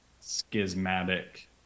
schismatic